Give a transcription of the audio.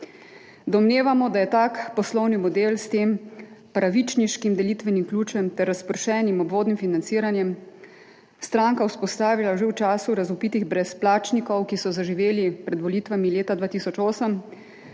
Domnevamo, da je tak poslovni model s tem pravičniškim delitvenim ključem ter razpršenim obvodnim financiranjem stranka vzpostavila že v času razvpitih brezplačnikov, ki so zaživeli pred volitvami leta 2008,